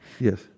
Yes